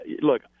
look –